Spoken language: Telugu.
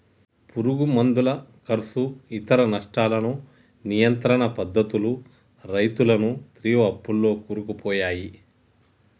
పురుగు మందుల కర్సు ఇతర నష్టాలను నియంత్రణ పద్ధతులు రైతులను తీవ్ర అప్పుల్లో కూరుకుపోయాయి